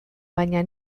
baina